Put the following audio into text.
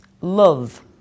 love